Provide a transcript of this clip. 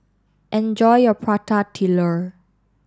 enjoy your Prata Telur